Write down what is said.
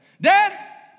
dad